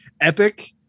epic